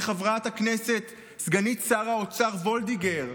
מחברת הכנסת סגנית שר האוצר וולדיגר,